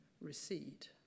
recede